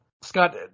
Scott